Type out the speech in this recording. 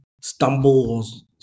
stumbles